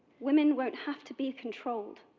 women won't have to be controlled.